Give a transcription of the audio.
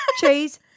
Cheese